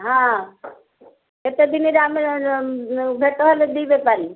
ହଁ କେତେ ଦିନରେ ଆମେ ଭେଟ ହେଲେ ଦୁଇ ବେପାରୀ